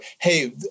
hey